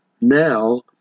now